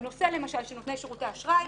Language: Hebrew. בנושא של נותני שירותי אשראי,